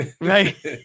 Right